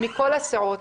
מכל הסיעות